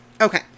Okay